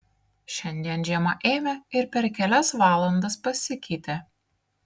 šiandien žiema ėmė ir per kelias valandas pasikeitė